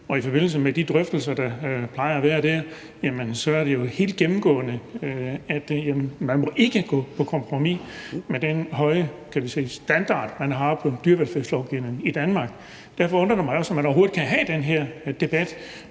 I forbindelse med de drøftelser, der plejer at være der, har det været helt gennemgående, at man ikke måtte gå på kompromis med den høje standard, vi har i dyrevelfærdslovgivningen i Danmark. Derfor undrer det mig også, at vi overhovedet kan have den her debat,